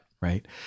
right